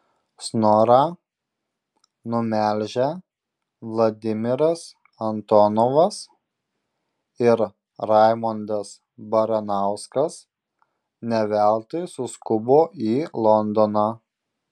snorą numelžę vladimiras antonovas ir raimondas baranauskas ne veltui suskubo į londoną